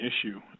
issue